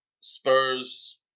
Spurs